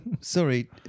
sorry